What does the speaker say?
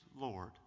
Lord